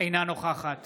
אינה נוכחת